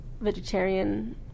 vegetarian